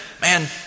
man